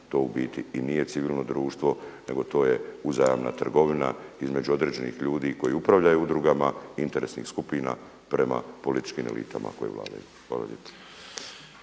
to u biti i nije civilno društvo, nego to je uzajamna trgovina između određenih ljudi koji upravljaju udrugama, interesnih skupina prema političkim elitama koje vladaju. Hvala lijepa.